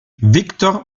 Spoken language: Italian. víctor